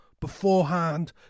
Beforehand